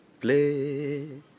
play